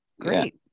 Great